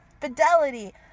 fidelity